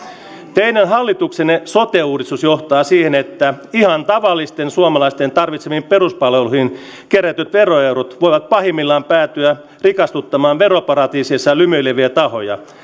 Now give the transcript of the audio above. teidän hallituksenne sote uudistus johtaa siihen että ihan tavallisten suomalaisten tarvitsemiin peruspalveluihin kerätyt veroeurot voivat pahimmillaan päätyä rikastuttamaan veroparatiiseissa lymyileviä tahoja